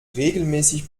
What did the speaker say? regelmäßig